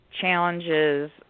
challenges